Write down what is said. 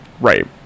Right